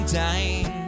time